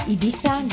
Ibiza